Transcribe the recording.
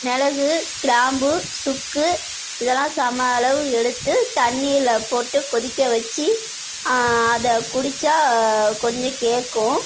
மிளகு கிராம்பு சுக்கு இதெல்லாம் சம அளவு எடுத்து தண்ணியில் போட்டு கொதிக்க வச்சி அதை குடிச்சால் கொஞ்சம் கேட்கும்